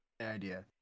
idea